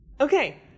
Okay